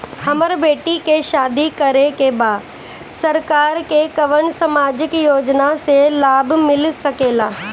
हमर बेटी के शादी करे के बा सरकार के कवन सामाजिक योजना से लाभ मिल सके ला?